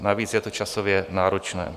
Navíc je to časově náročné.